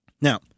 Now